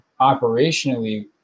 operationally